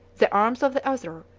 the arms of the other,